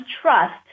trust